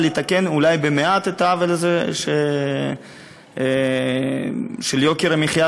לתקן אולי במעט את העוול הזה של יוקר המחיה,